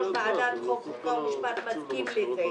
יושב-ראש ועדת החוקה, חוק ומשפט מסכים לזה.